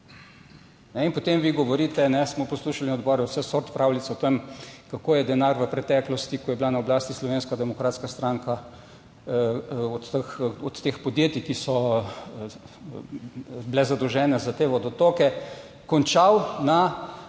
potem vi govorite, smo poslušali na odboru vseh sort pravljic o tem, kako je denar v preteklosti, ko je bila na oblasti Slovenska demokratska stranka, od teh podjetij, ki so bile zadolžene za te vodotoke končal na